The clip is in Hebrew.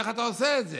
איך אתה עושה את זה.